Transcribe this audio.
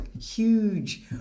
huge